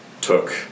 took